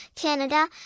Canada